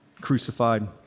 crucified